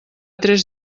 tres